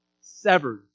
severed